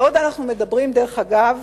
בעוד אנחנו מדברים, דרך אגב,